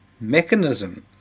mechanism